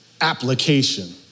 application